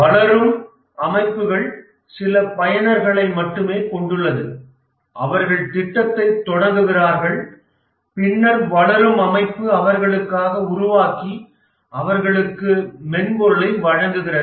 வளரும் அமைப்புகள் சில பயனர்களை மட்டுமே கொண்டுள்ளது அவர்கள் திட்டத்தைத் தொடங்குகிறார்கள் பின்னர் வளரும் அமைப்பு அவர்களுக்காக உருவாக்கி அவர்களுக்கு மென்பொருளை வழங்குகிறது